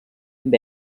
amb